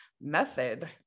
method